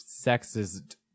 sexist